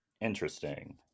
Interesting